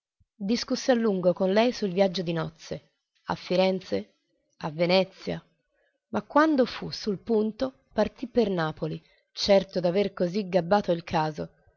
discusse a lungo con lei sul viaggio di nozze a firenze a venezia ma quando fu sul punto partì per napoli certo d'aver così gabbato il caso